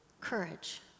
courage